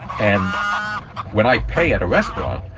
and when i pay at a restaurant.